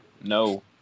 No